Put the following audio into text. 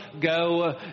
go